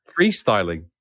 Freestyling